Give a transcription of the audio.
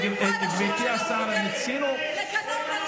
תראה עם מי אנחנו יושבים בכנסת ישראל.